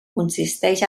consisteix